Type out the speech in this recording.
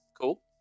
Cool